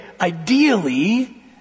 ideally